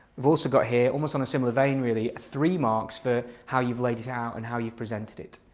we've also got here, almost in a similar vein really three marks for how you've laid it out and how you've presented it.